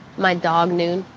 my dog, noon.